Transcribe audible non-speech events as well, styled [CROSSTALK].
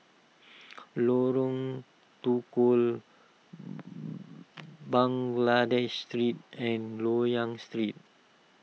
[NOISE] Lorong Tukol [HESITATION] Baghdad Street and Loyang Street